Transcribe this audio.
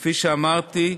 כפי שאמרתי,